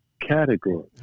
category